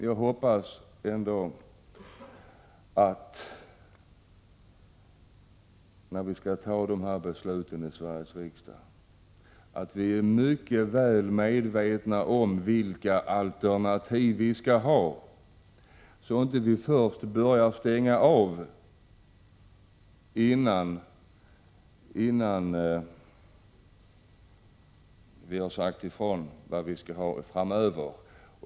Jag hoppas ändå att vi, när vi skall fatta de här besluten i Sveriges riksdag, är mycket väl medvetna om vilka alternativ vi skall ha, så att vi inte börjar stänga av, innan vi har sagt ifrån vad vi skall ha framöver.